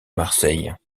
marseille